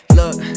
look